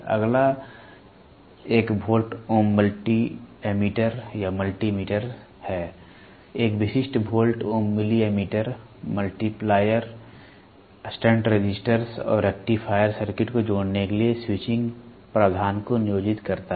अगला एक volt ohm multi ammeter या मल्टी मीटर multi meters है एक विशिष्ट volt ohm milli ammeter multiplier shunt resistors और रेक्टिफायर सर्किट को जोड़ने के लिए स्विचिंग प्रावधान को नियोजित करता है